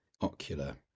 ocular